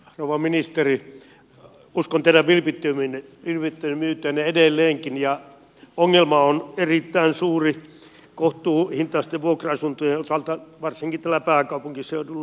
rouva ministeri uskon teidän vilpittömyyteenne edelleenkin ja ongelma on erittäin suuri kohtuuhintaisten vuokra asuntojen osalta varsinkin täällä pääkaupunkiseudulla